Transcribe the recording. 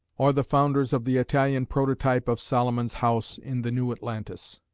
or the founders of the italian prototype of solomon's house in the new atlantis,